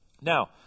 Now